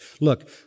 Look